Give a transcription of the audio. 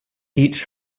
each